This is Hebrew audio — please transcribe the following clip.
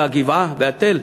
והגבעה והתל?